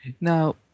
Now